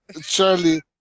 Charlie